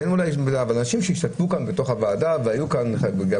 ואנשים שהשתתפו כאן בתוך הוועדה והיו כאן וחלק